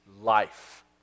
life